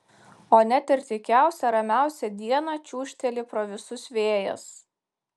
o net ir tykiausią ramiausią dieną čiūžteli pro visus vėjas